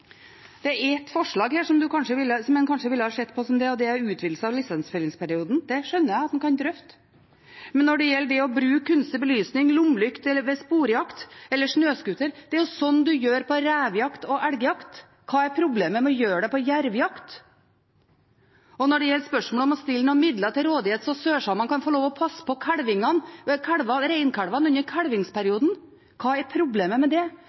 det? Det er ett forslag her som en kanskje ville sett på som det, og det er utvidelse av lisensfellingsperioden. Det skjønner jeg at en kan drøfte. Men når det gjelder å kunne bruke kunstig belysning, lommelykt, eller med sporjakt eller snøscooter: Det er slik man gjør på revejakt og elgjakt. Hva er problemet med å gjøre det på jervejakt? Når det gjelder spørsmålet om å stille noen midler til rådighet så sørsamene kan få lov til å passe på reinkalvene under kalvingsperioden: Hva er problemet med det? Hvorfor kan en ikke gå inn og faktisk prøve å ta stilling og debattere det